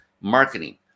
marketing